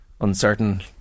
uncertain